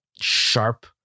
sharp